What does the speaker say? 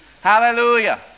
Hallelujah